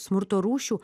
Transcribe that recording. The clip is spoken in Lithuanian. smurto rūšių